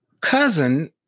cousin